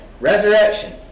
resurrection